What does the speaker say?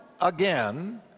again